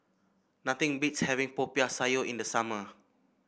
nothing beats having Popiah Sayur in the summer